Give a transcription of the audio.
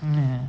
mm